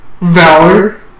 Valor